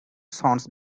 sons